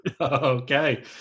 Okay